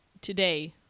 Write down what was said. today